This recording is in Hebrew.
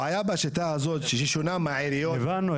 הבעיה בשיטה הזו שהיא שונה מהעיריות --- הבנו,